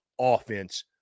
offense